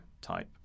type